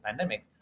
pandemics